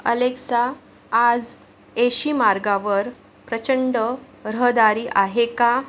Alexa आज येशी मार्गावर प्रचंड रहदारी आहे का